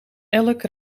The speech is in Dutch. elk